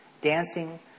dancing